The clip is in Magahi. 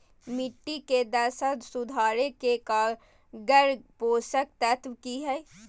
मिट्टी के दशा सुधारे के कारगर पोषक तत्व की है?